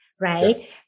right